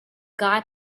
guy